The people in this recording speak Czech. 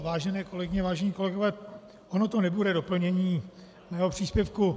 Vážené kolegyně, vážení kolegové, ono to nebude doplnění mého příspěvku.